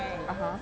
(uh huh)